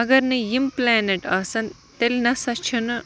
اَگر نہٕ یِم پُلینٮ۪ٹ آسان تیٚلہِ نَسا چھِنہٕ